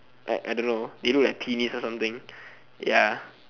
I don't know they look like penis or something ya